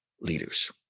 leaders